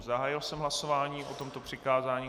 Zahájil jsem hlasování o tomto přikázání.